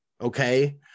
Okay